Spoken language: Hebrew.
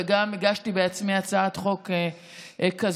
וגם הגשתי בעצמי הצעת חוק כזאת,